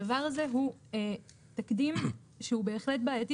הדבר הזה הוא תקדים שהוא בהחלט בעייתי